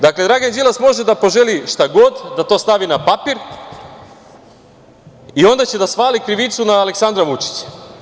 Dakle, Dragan Đilas može da poželi šta god, da to stavi na papir i onda će da svali krivicu na Aleksandra Vučića.